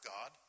God